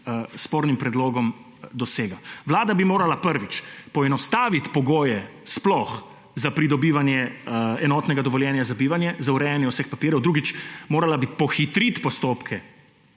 spornim predlogom dosega. Vlada bi morala, prvič, poenostaviti pogoje sploh za pridobivanje enotnega dovoljenja za bivanje, za urejanje vseh papirjev. Drugič, morala bi pohitriti postopke